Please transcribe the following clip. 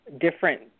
different